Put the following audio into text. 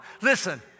Listen